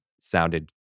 sounded